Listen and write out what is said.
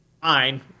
fine